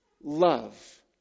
love